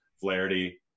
Flaherty